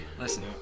Listen